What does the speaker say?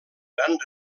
gran